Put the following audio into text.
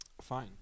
Fine